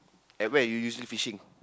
at where you usually fishing